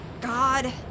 God